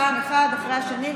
שם אחד אחרי השני,